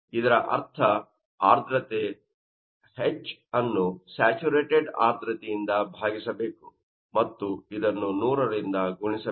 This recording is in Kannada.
ಇದರ ಅರ್ಥ ಆರ್ದ್ರತೆ H ಅನ್ನು ಸ್ಯಾಚರೇಟೆಡ್ ಆರ್ದ್ರತೆಯಿಂದ ಭಾಗಿಸಬೇಕು ಮತ್ತು ಇದನ್ನು 100 ರಿಂದ ಗುಣಿಸಬೇಕು